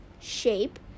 shape